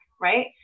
Right